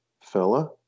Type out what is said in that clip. Fella